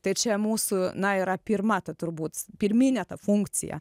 tai čia mūsų na yra pirma ta turbūt pirminė funkcija